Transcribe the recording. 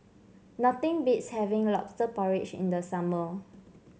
nothing beats having lobster porridge in the summer